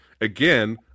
Again